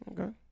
Okay